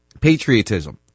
patriotism